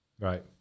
Right